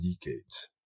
decades